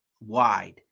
wide